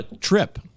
trip